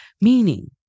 meaning